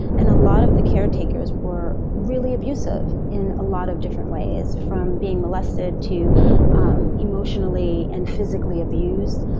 and a lot of the caretakers were really abusive in a lot of different ways, from being molested to um emotionally and physically abused.